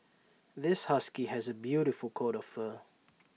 this husky has A beautiful coat of fur